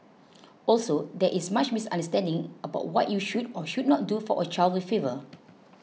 also there is much misunderstanding about what you should or should not do for a child with fever